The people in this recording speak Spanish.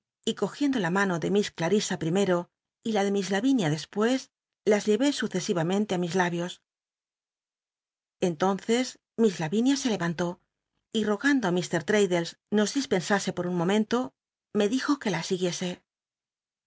y cogiendo la mano de miss clarisa pl'imet'o y la de miss j ayinia dcs mes las llevé sucesivamente á mis labios entonces miss la vinia se levantó y rogand o i t r l'l'addles nos dispensase por un momento me dijo que la siguiese